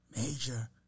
major